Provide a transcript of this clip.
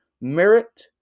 merit